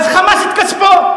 אז חמס את כספו.